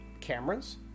cameras